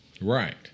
Right